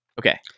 Okay